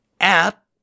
app